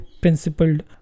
principled